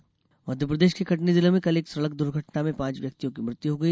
दुर्घटना मौत मध्य प्रदेश के कटनी जिले में कल एक सड़क दुर्घटना में पांच व्यक्तियों की मृत्यु हो गई